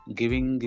giving